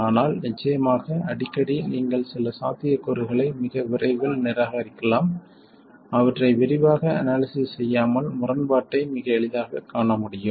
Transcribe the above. ஆனால் நிச்சயமாக அடிக்கடி நீங்கள் சில சாத்தியக்கூறுகளை மிக விரைவாக நிராகரிக்கலாம் அவற்றை விரிவாக அனாலிசிஸ் செய்யாமல் முரண்பாட்டை மிக எளிதாகக் காண முடியும்